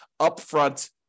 upfront